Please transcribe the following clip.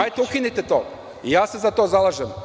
Hajde ukinite to ja se za to zalažem.